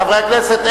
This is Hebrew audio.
חברי הכנסת.